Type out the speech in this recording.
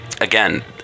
again